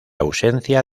ausencia